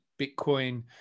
Bitcoin